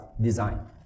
design